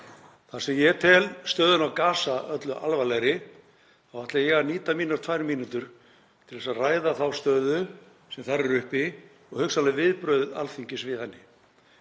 Þar sem ég tel stöðuna á Gaza öllu alvarlegri þá ætla ég að nýta mínar tvær mínútur til að ræða þá stöðu sem þar er uppi og hugsanleg viðbrögð Alþingis við henni.